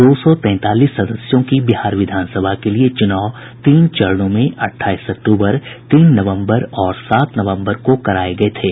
दो सौ तैंतालीस सदस्यों की बिहार विधानसभा के लिए चुनाव तीन चरणों में अट्ठाईस अक्तूबर तीन नवम्बर और सात नवम्बर को कराए गए थे